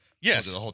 Yes